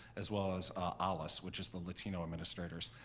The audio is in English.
as well as ah alas, which is the latino administrators.